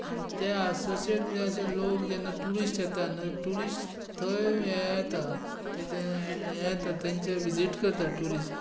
आनी ते एसोसिएटाचे लोक जेन्ना ट्युरिस्ट येता न्हू ट्युरिस्ट थंय हे येता ताजे हे येता विजीट करता ट्युरिस्ट